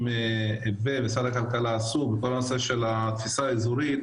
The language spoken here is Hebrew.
הביא ומשרד הכלכלה עשו וכל הנושא של התפיסה האזורית